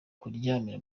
kuryamira